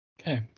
Okay